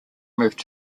moved